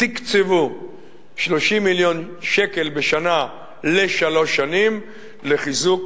הקצו 30 מיליון שקלים בשנה לשלוש שנים לחיזוק